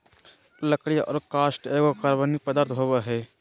लकड़ी और काष्ठ एगो कार्बनिक पदार्थ होबय हइ